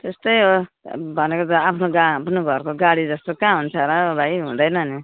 त्यस्तै हो त भनेको त आफ्नो गा पनि घरको गाडी जस्तो कहाँ हुन्छ र भाइ हुँदैन नि